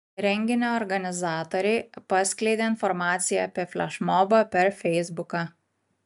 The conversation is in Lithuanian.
renginio organizatoriai paskleidė informaciją apie flešmobą per feisbuką